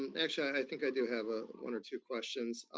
actually, i think i do have ah one or two questions.